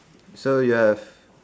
so you have